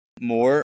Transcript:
more